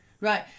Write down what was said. right